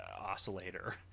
oscillator